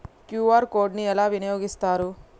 QR code ని ఎలా వినియోగిస్తారు?